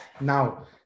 now